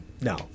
no